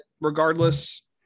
regardless